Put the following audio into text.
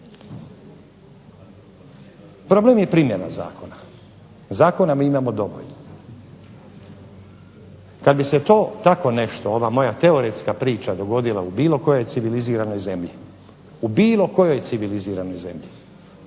Problem je primjena zakona. Zakona mi imamo dovoljno. Kada bi se to tako nešto, ova moja teoretska priča dogodila u bilo kojoj civiliziranoj zemlji račun te stranke bi